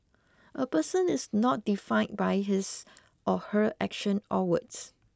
a person is not defined by his or her action or words